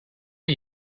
are